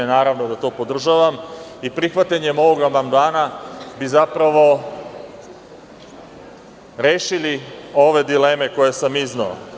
Naravno da to podržavam i prihvatanjem ovog amandmana bi zapravo rešili ove dileme koje sam izneo.